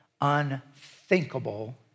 unthinkable